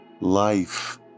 Life